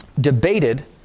debated